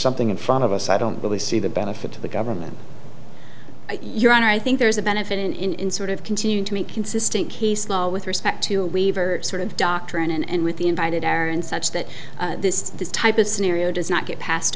something in front of us i don't really see the benefit to the government your honor i think there's a benefit in in sort of continuing to make consistent case law with respect to revert sort of doctrine and with the invited error and such that this type of scenario does not get passed